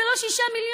זה לא 6 מיליון,